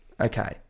Okay